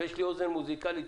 ויש לי אוזן מוזיקלית,